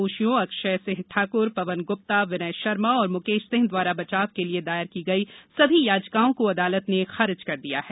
दोषियों अक्षय सिंह ठाकुर पवन गुप्ता विनय शर्मा और मुकेश सिंह द्वारा बचाव के लिये दायर की गई सभी याचिकाओं को अदालत ने खारिज कर दिया है